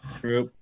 True